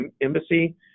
embassy